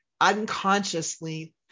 unconsciously